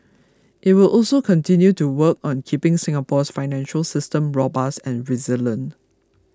it will also continue to work on keeping Singapore's financial system robust and resilient